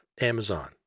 amazon